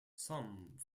some